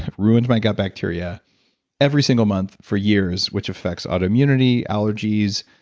ruined my gut bacteria every single month for years, which affects autoimmunity, allergies,